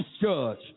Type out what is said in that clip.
judge